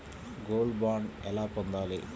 Gold bond ఎలా పొందాలి?